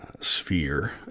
sphere